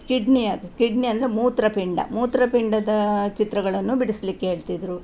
kidney ಅದು kidney ಅಂದರೆ ಮೂತ್ರಪಿಂಡ ಮೂತ್ರಪಿಂಡದ ಚಿತ್ರಗಳನ್ನು ಬಿಡಿಸಲಿಕ್ಕೆ ಹೇಳ್ತಿದ್ದರು